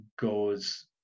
goes